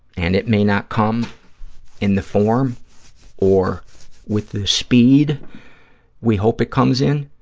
and it may not come in the form or with the speed we hope it comes in,